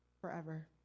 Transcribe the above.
forever